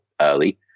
early